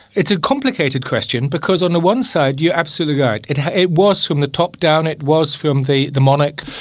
it's a complicated question, because on the one side you're absolutely right it it was from the top down, it was from the the monarch,